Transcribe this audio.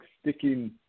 sticking